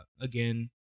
again